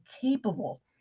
capable